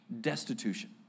destitution